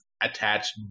attached